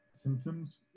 symptoms